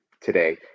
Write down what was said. today